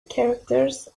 characters